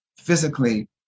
physically